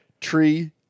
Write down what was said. tree